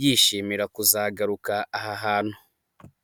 yishimira kuzagaruka aha hantu.